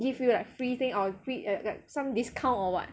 give you like free thing or free like like some discount or what